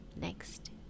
next